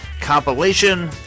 Compilation